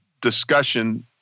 discussion